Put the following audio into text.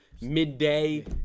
midday